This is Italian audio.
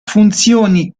funzioni